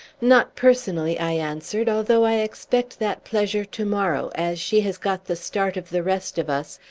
not personally, i answered, although i expect that pleasure to-morrow, as she has got the start of the rest of us,